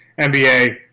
NBA